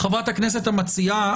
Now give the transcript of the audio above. חברת הכנסת המציעה,